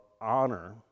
honor